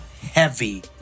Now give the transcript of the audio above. heavy